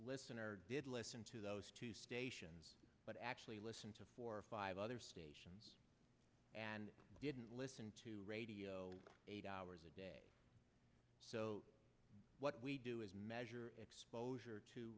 listener did listen to those stations but actually listen to four or five other stations and didn't listen to radio eight hours a day so what we do is measure exposure to